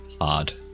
Hard